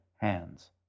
hands